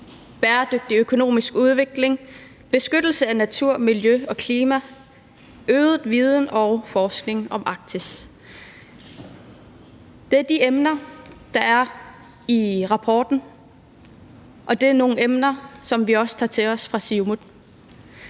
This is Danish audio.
bæredygtig økonomisk udvikling, beskyttelse af natur, miljø og klima, øget viden og forskning om Arktis. Det er de emner, der omtales i redegørelsen, og det er nogle emner, som vi også tager til os fra Siumuts